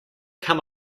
come